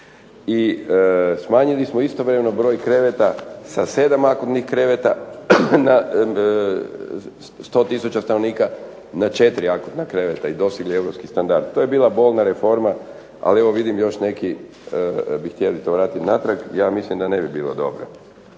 Smanjili smo istovremeno broj kreveta sa 7 akutnih kreveta na 100 tisuće stanovnika na 4 akutna kreveta i dosegli europski standard. To je bila bolna reforma ali vidim još neki bi to htjeli vratiti natrag. Ja mislim da ne bi bilo dobro.